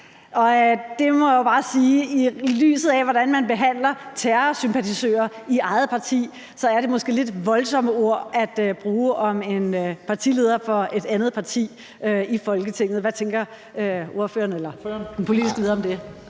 Der må jeg jo bare sige, at det, i lyset af hvordan man behandler terrorsympatisører i eget parti, så måske er lidt voldsomme ord at bruge om en partileder for et andet parti i Folketinget. Hvad tænker ordføreren eller den politiske leder om det?